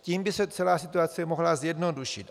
Tím by se celá situace mohla zjednodušit.